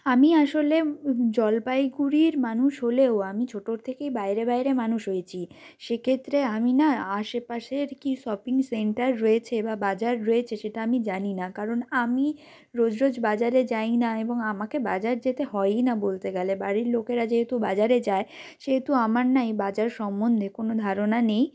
আমি আসলে জলপাইগুড়ির মানুষ হলেও আমি ছোটোর থেকেই বাইরে বাইরে মানুষ হয়েছি সেক্ষেত্রে আমি না আশেপাশের কী শপিং সেন্টার রয়েছে বা বাজার রয়েছে সেটা আমি জানি না কারণ আমি রোজ রোজ বাজারে যাই না এবং আমাকে বাজার যেতে হয়ই না বলতে গেলে বাড়ির লোকেরা যেহেতু বাজারে যায় সেহেতু আমার না এই বাজার সম্বন্ধে কোনো ধারণা নেই